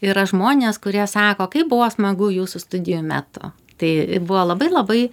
yra žmonės kurie sako kaip buvo smagu jūsų studijų metu tai buvo labai labai